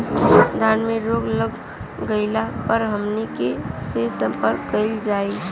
धान में रोग लग गईला पर हमनी के से संपर्क कईल जाई?